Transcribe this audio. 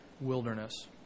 wilderness